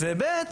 ו-ב',